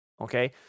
Okay